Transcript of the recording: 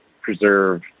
preserve